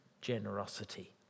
generosity